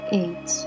eight